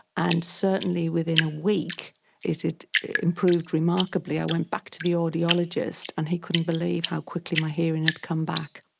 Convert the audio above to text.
and certainly within a week it had improved remarkably. i went back to the audiologist and he couldn't believe how quickly my hearing had come back.